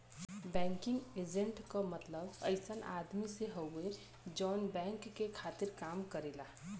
banking agent क मतलब अइसन आदमी से हउवे जौन बैंक के खातिर काम करेला